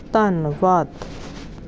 ਧੰਨਵਾਦ